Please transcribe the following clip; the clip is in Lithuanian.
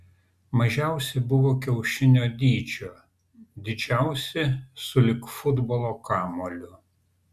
mažiausi buvo kiaušinio dydžio didžiausi sulig futbolo kamuoliu